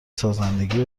سازندگی